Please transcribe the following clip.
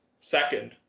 second